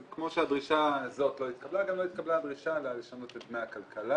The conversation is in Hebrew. כמו שהדרישה הזאת לא התקבלה גם לא התקבלה הדרישה לשנות את דמי הכלכלה